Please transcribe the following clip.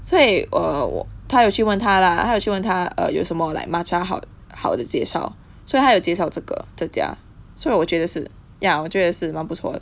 所以我她有去问她 lah 她有去问她 err 有什么 like matcha 好好的介绍所以她有介绍这个这家所以我觉得是我觉得是蛮不错的